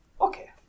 Okay